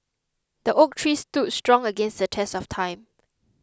the oak tree stood strong against the test of time